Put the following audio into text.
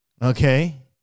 Okay